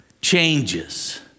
changes